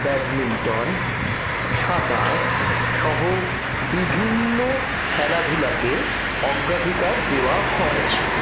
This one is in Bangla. ব্যাডমিন্টন সাঁতারসহ বিভিন্ন খেলাধুলাকে অগ্রাধিকার দেওয়া হয়